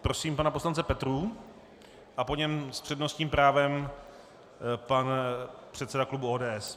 Prosím pana poslance Petrů a po něm s přednostním právem pan předseda klubu ODS.